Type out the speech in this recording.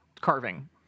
carving